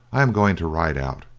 i am going to ride out,